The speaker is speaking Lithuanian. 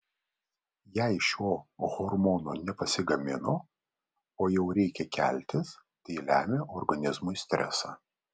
jei šio hormono nepasigamino o jau reikia keltis tai lemia organizmui stresą